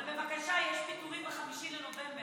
אבל בבקשה, יש פיטורים ב-5 בנובמבר.